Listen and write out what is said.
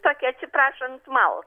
tokią atsiprašant malkt